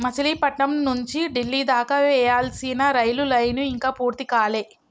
మచిలీపట్నం నుంచి డిల్లీ దాకా వేయాల్సిన రైలు లైను ఇంకా పూర్తి కాలే